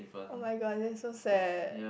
[oh]-my-god that's so sad